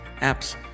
apps